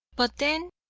but then,